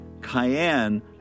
cayenne